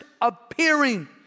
appearing